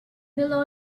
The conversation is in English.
below